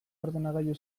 ordenagailu